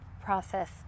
process